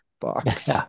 box